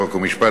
חוק ומשפט,